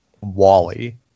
Wally